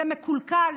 זה מקולקל,